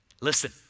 Listen